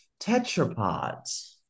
tetrapods